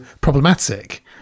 problematic